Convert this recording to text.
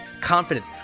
confidence